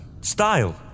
Style